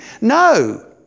no